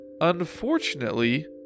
Unfortunately